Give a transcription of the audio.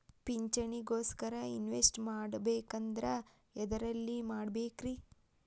ಪಿಂಚಣಿ ಗೋಸ್ಕರ ಇನ್ವೆಸ್ಟ್ ಮಾಡಬೇಕಂದ್ರ ಎದರಲ್ಲಿ ಮಾಡ್ಬೇಕ್ರಿ?